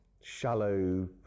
shallow